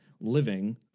living